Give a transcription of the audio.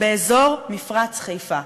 באזור מפרץ חיפה.